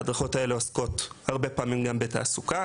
ההדרכות האלה עוסקות הרבה פעמים גם בתעסוקה.